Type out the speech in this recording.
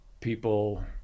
people